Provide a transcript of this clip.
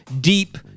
deep